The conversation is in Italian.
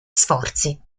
sforzi